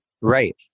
Right